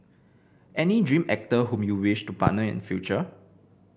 any dream actor whom you wish to partner in future